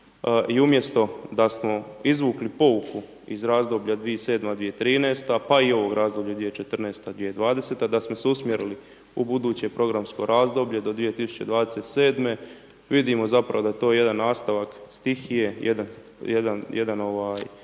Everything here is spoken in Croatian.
umjesto da smo izvukli pouku iz razdoblja 2007./2013. pa i ovog razdoblja 2014./2020. da smo se usmjerili u buduće programsko razdoblje do 2027. vidimo zapravo da je to jedan nastavak stihije, jedan nastavak